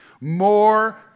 More